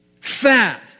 Fast